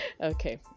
Okay